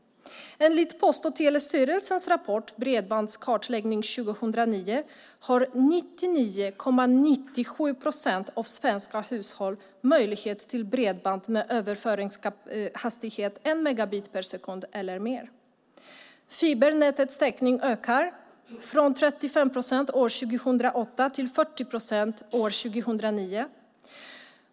Enligt Post och telestyrelsens rapport Bredbandskartläggning 2009 har 99,97 procent av de svenska hushållen tillgång till bredband med en överföringshastighet på 1 megabit per sekund eller mer. Fibernätets täckningsgrad ökar, från 35 procent år 2008 till 40 procent år 2009.